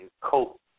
cope